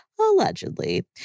Allegedly